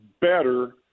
better